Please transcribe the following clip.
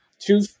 two